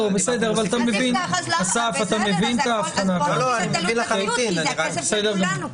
--- כי זה הכסף של כולנו.